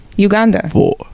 Uganda